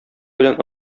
белән